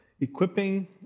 equipping